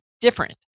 different